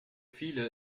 viele